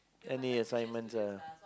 any assignments ah